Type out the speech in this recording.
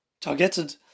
targeted